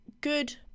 good